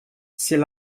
c’est